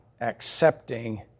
accepting